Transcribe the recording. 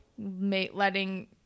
Letting